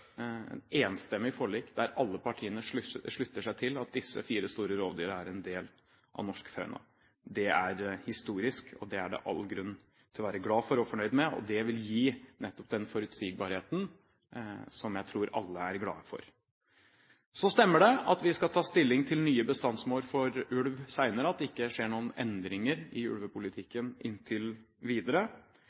enstemmig forlik, der alle partiene slutter seg til at disse fire store rovdyrene er en del av norsk fauna. Det er historisk, og det er det all grunn til å være glad for og fornøyd med. Det vil gi nettopp den forutsigbarheten som jeg tror alle er glade for. Det stemmer at vi skal ta stilling til nye bestandsmål for ulv senere, og at det ikke skjer noen endringer i ulvepolitikken inntil videre.